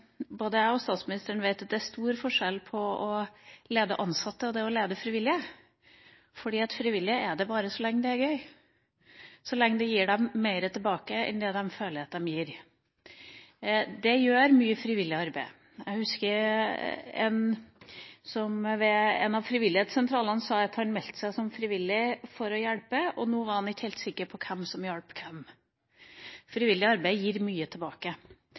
Både jeg og statsministeren vet at det er stor forskjell på å lede ansatte og å lede frivillige. Frivillige er der bare så lenge det er gøy – så lenge det gir dem mer tilbake enn de føler at de gir. Frivillig arbeid gir mye. Jeg husker at en ved en av frivillighetssentralene sa at han meldte seg som frivillig for å hjelpe, og nå var han ikke helt sikker på hvem som hjalp hvem. Frivillig arbeid gir mye tilbake.